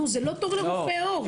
זה לא תור לרופא עור.